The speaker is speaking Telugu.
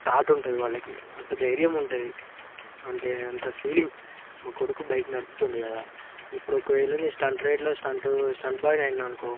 థాట్ ఉంటది వాళ్ళకి అంత ధైర్యం ఉంటది అంటే అంత ఫీలింగ్ మా కొడుకు బైక్ నడుపుతుండు కదా ఇప్పుడు ఒకవేళ నేను స్టంట్ డ్రైవ్లో స్టంట్ స్టంట్ బాయ్ని అయినా అనుకో